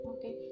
Okay